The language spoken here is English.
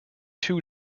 two